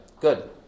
good